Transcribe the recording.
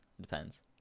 Depends